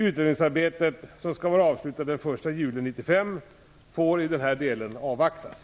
Utredningsarbetet, som skall vara avslutat den 1 juli 1995, får i denna del avvaktas.